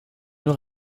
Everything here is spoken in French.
nous